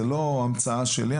זו לא המצאה שלי,